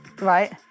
Right